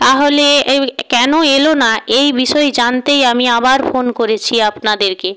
তাহলে এই কেন এলো না এই বিষয়ে জানতেই আমি আবার ফোন করেছি আপনাদেরকে